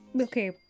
okay